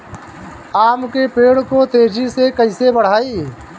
आम के पेड़ को तेजी से कईसे बढ़ाई?